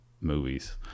movies